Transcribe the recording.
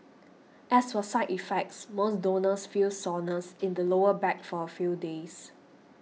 as for side effects most donors feel soreness in the lower back for a few days